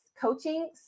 coaching